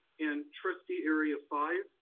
and trustee area five